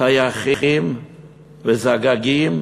טייחים וזגגים,